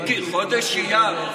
מיקי, חודש אייר.